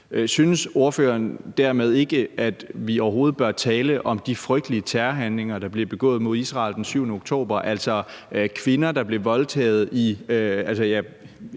Synes ordføreren dermed overhovedet ikke, at vi bør tale om de frygtelige terrorhandlinger, der blev begået mod Israel den 7. oktober 2023, altså kvinder, der blev voldtaget på